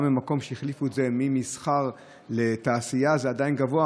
גם במקום שהחליפו את זה ממסחר לתעשייה זה עדיין גבוה,